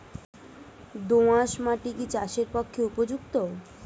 দোআঁশ মাটি কি চাষের পক্ষে উপযুক্ত?